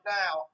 now